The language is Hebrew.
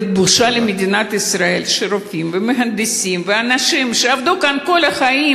ובושה למדינת ישראל שרופאים ומהנדסים ואנשים שעבדו כאן כל החיים,